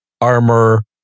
armor